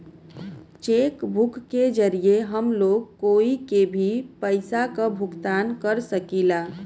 check book के जरिये हम लोग कोई के भी पइसा क भुगतान कर सकीला